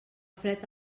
fred